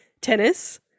tennis